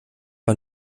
man